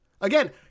again